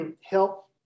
help